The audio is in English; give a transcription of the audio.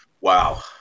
wow